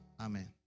Amen